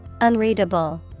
Unreadable